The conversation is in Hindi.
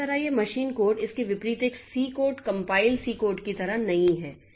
तो इस तरह यह मशीन कोड इसके विपरीत एक C code compile C code की तरह नहीं है